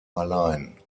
allein